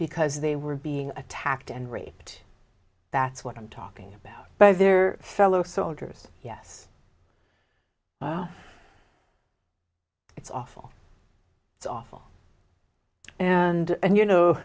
because they were being attacked and raped that's what i'm talking about but their fellow soldiers yes it's awful it's awful and and